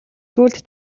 сүүлд